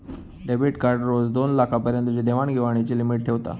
debit card रोज दोनलाखा पर्यंतची देवाण घेवाणीची लिमिट ठेवता